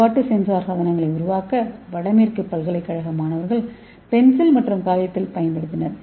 செயல்பாட்டு சென்சார் சாதனங்களை உருவாக்க வடமேற்கு பல்கலைக்கழக மாணவர்கள் பென்சில் மற்றும் காகிதத்தைப் பயன்படுத்தினர்